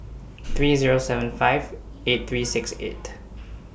three Zero seven five eight three six eight